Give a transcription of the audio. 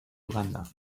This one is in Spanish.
uganda